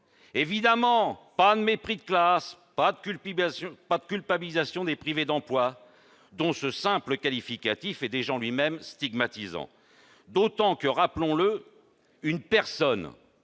Évidemment, pas de mépris de classe, pas de culpabilisation des « privés d'emploi »..., mais ce simple qualificatif est déjà en lui-même stigmatisant ! Or, rappelons-le, une personne